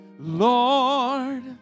Lord